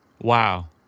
Wow